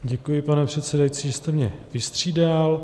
Děkuji, pane předsedající, že jste mě vystřídal.